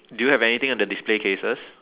do you have anything on the display cases